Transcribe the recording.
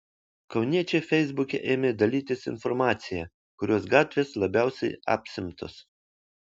kauniečiai feisbuke ėmė dalytis informacija kurios gatvės labiausiai apsemtos